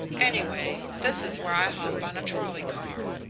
anyway, this is where i hop on a trolley car.